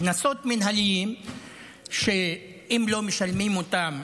קנסות מינהליים שאם לא משלמים אותם,